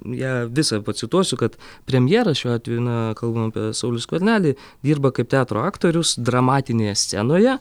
ją visą pacituosiu kad premjeras šiuo atveju na kalbam apie saulių skvernelį dirba kaip teatro aktorius dramatinėje scenoje